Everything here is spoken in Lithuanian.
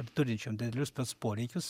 ir turinčiom didelius spec poreikius